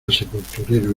sepulturero